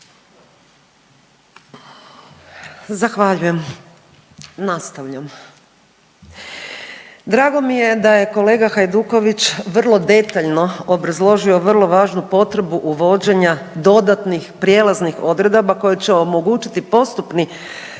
Zahvaljujem. Nastavljam, drago mi je da je kolega Hajduković vrlo detaljno obrazložio vrlo važnu potrebu uvođenja dodatnih prijelaznih odredaba koje će omogućiti postupni